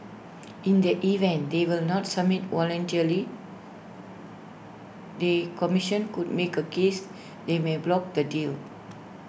in the event they will not submit voluntarily the commission could make A case that may block the deal